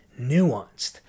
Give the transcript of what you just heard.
nuanced